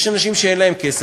יש אנשים שאין להם כסף,